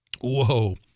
whoa